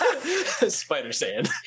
Spider-Sand